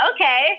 okay